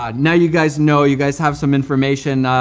um now you guys know you guys have some information.